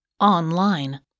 online